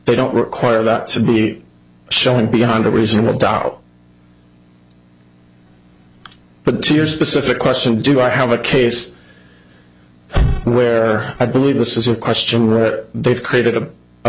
they don't require that to be shown beyond a reasonable doubt but two years pacific question do i have a case where i believe this is a question where they've created a